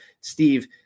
Steve